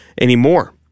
anymore